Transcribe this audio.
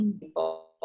people